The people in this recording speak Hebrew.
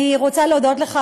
אני רוצה להודות לך,